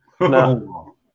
No